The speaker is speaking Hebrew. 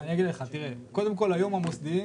אני אגיד לך תראה קודם כל היום המוסדיים